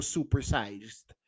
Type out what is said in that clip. Supersized